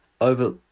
over